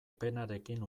penarekin